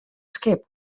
skip